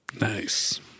Nice